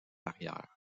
arrière